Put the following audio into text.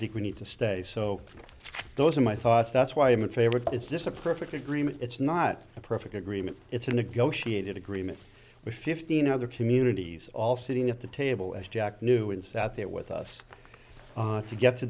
think we need to stay so those are my thoughts that's why i'm in favor is this a perfect agreement it's not a perfect agreement it's a negotiated agreement with fifteen other communities all sitting at the table as jack knew and sat there with us to get to